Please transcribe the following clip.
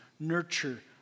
nurture